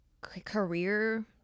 career